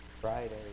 Friday